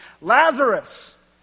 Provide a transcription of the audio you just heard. Lazarus